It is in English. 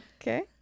Okay